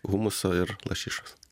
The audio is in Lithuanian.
humuso ir lašišos